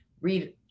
read